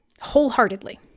Wholeheartedly